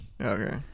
Okay